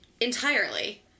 Entirely